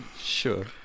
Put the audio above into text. Sure